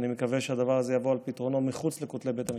ואני מקווה שהדבר הזה יבוא על פתרונו מחוץ לכותלי בית המשפט.